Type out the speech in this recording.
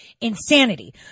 insanity